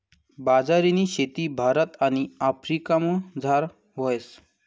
बाजरीनी शेती भारत आणि आफ्रिकामझार व्हस